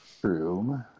true